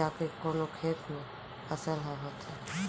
जाके कोनो खेत म फसल ह होथे